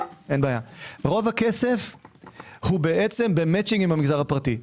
רוב הכסף הוא במאצ'ינג עם המגזר הפרטי.